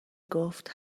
گفت